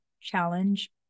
challenge